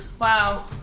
Wow